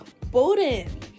Bowden